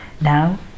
Now